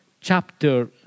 chapter